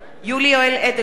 יולי יואל אדלשטיין,